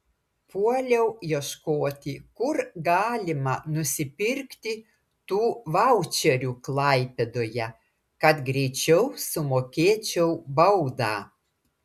puoliau ieškoti kur galima nusipirkti tų vaučerių klaipėdoje kad greičiau sumokėčiau baudą